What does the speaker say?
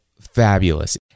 fabulous